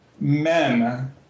men